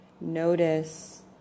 Notice